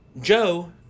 Joe